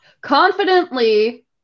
Confidently